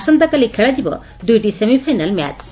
ଆସନ୍ତାକାଲି ଖେଳାଯିବ ଦୁଇଟି ସେମିଫାଇନାଲ୍ ମ୍ୟାଚ୍